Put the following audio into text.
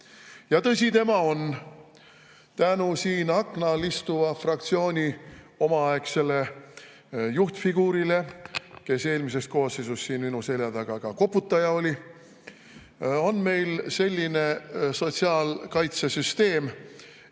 Ja tõsi tema on: tänu siin akna all istuva fraktsiooni omaaegsele juhtfiguurile, kes eelmises koosseisus minu selja taga ka koputaja oli, on meil selline sotsiaalkaitsesüsteem,